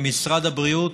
ומשרד הבריאות